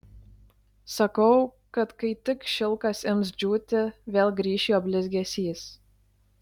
sakau kad kai tik šilkas ims džiūti vėl grįš jo blizgesys